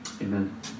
Amen